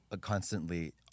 constantly